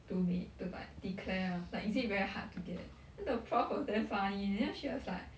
to me~ to like declare ah like is it very hard to get then the prof was damn funny eh then she was like